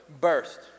burst